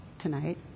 tonight